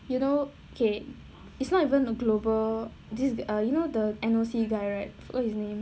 you know okay it's not even a global this is err you know the N_O_C guy right forgot his name